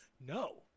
No